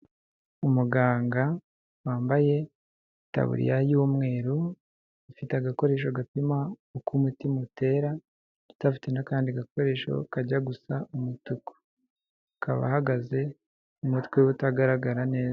Umuganga wambaye itaburiya y'umweru, ufite agakoresho gapima uko umutima utera ndetse afite n'akandi gakoresho kajya gusa umutuku. Akaba ahagaze umutwe we utagaragara neza.